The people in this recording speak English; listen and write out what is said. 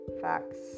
facts